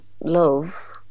love